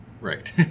Right